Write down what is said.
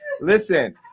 listen